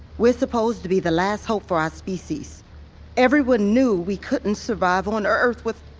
we're supposed to be the last hope for our species everyone knew we couldn't survive on earth with